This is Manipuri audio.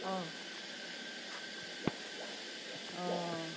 ꯑꯣ ꯑꯣ